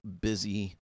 busy